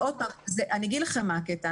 אגיד לכם מה הקטע.